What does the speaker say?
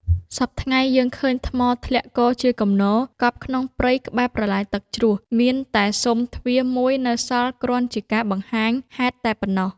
សព្វថ្ងៃយើងឃើញថ្មធ្លាក់គរជាគំនរ កប់ក្នុងព្រៃក្បែរប្រឡាយទឹកជ្រោះ មានតែស៊ុមទ្វារមួយនៅសល់គ្រាន់ជាការបង្ហាញហេតុតែប៉ុណ្ណោះ ។